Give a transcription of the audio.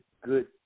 good